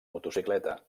motocicleta